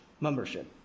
Membership